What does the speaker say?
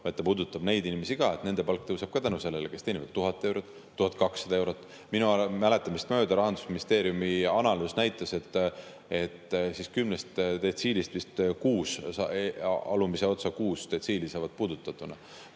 vaid see puudutab ka neid inimesi – nende palk tõuseb ka tänu sellele –, kes teenivad 1000 eurot, 1200 eurot. Minu mäletamist mööda Rahandusministeeriumi analüüs näitas, et kümnest detsiilist vist kuus alumises otsas [olevat] detsiili saavad puudutatud